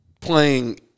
playing